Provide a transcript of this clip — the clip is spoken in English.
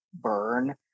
burn